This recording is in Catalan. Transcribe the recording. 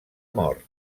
mort